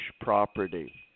property